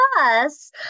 Plus